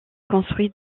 construit